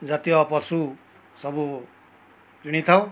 ଜାତୀୟ ପଶୁ ସବୁ କିଣିଥାଉ